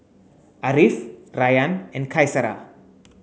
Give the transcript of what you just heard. Ariff Rayyan and Qaisara